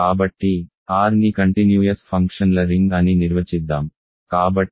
కాబట్టి R ని continuous ఫంక్షన్ల రింగ్ అని నిర్వచిద్దాం